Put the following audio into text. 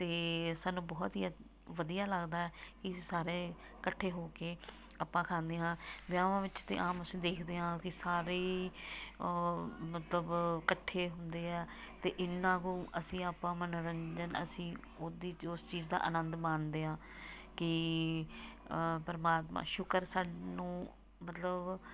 ਅਤੇ ਸਾਨੂੰ ਬਹੁਤ ਹੀ ਵਧੀਆ ਲੱਗਦਾ ਕਿ ਅਸੀਂ ਸਾਰੇ ਇਕੱਠੇ ਹੋ ਕੇ ਆਪਾਂ ਖਾਂਦੇ ਹਾਂ ਵਿਆਹਾਂ ਵਿੱਚ ਤਾਂ ਆਮ ਅਸੀਂ ਦੇਖਦੇ ਹਾਂ ਕਿ ਸਾਰੇ ਮਤਲਬ ਇਕੱਠੇ ਹੁੰਦੇ ਹਾਂ ਅਤੇ ਇੰਨਾ ਕੁ ਅਸੀਂ ਆਪਾਂ ਮਨੋਰੰਜਨ ਅਸੀਂ ਉਹਦੀ ਜੋ ਉਸ ਚੀਜ਼ ਦਾ ਆਨੰਦ ਮਾਣਦੇ ਹਾਂ ਕਿ ਪਰਮਾਤਮਾ ਸ਼ੁਕਰ ਸਾਨੂੰ ਮਤਲਬ